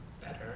better